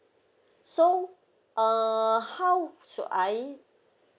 so uh how should I